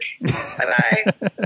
Bye-bye